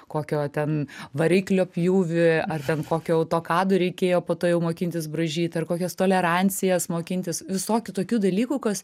kokio ten variklio pjūvį ar ten kokiu autokadu reikėjo po to jau mokintis braižyt ar kokias tolerancijas mokintis visokių tokių dalykų kas